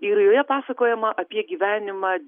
ir joje pasakojama apie gyvenimą